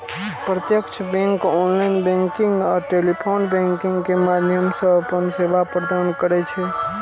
प्रत्यक्ष bank online banking आ telephone banking के माध्यम सं अपन सेवा प्रदान करै छै